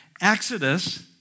Exodus